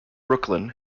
brooklyn